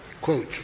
quote